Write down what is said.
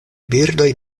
birdoj